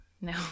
No